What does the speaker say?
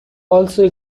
also